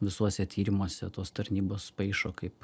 visuose tyrimuose tos tarnybos paišo kaip